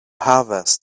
harvest